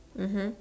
mmhmm